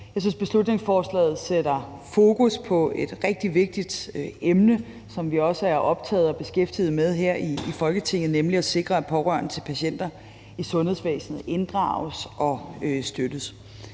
Jeg synes, at beslutningsforslaget sætter fokus på et rigtig vigtigt emne, som vi også er optaget af og beskæftiget med her i Folketinget, nemlig at sikre, at pårørende til patienter i sundhedsvæsenet inddrages og støttes.